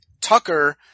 Tucker